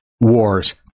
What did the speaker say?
Wars